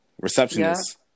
receptionist